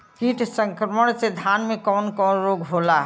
कीट संक्रमण से धान में कवन कवन रोग होला?